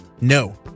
No